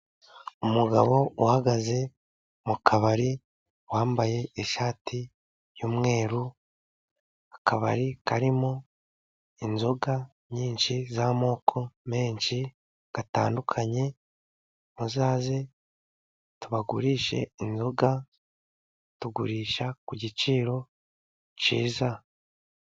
Umugabo uhagaze mu kabari wambaye ishati y'umweru. Akabari karimo inzoga nyinshi z'amoko menshi atandukanye. Muzaze tubagurishe inzoga, tugurisha ku giciro cyiza.